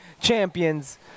champions